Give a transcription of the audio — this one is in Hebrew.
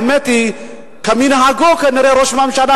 האמת היא שכנראה ראש הממשלה,